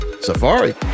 Safari